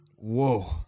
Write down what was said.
Whoa